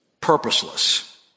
purposeless